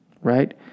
right